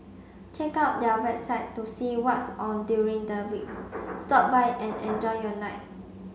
check out their website to see what's on during the week stop by and enjoy your night